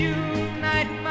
unite